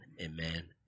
Amen